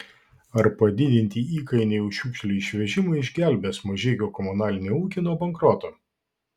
ar padidinti įkainiai už šiukšlių išvežimą išgelbės mažeikių komunalinį ūkį nuo bankroto